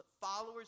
followers